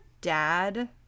dad